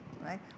Right